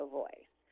voice